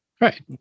Right